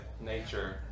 nature